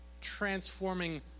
transforming